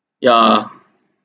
yeah